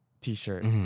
t-shirt